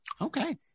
Okay